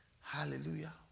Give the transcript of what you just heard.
Hallelujah